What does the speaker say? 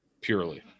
purely